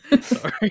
Sorry